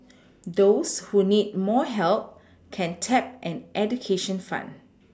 those who need more help can tap an education fund